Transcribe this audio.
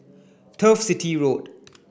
Turf City Road